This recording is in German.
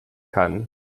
kann